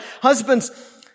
Husbands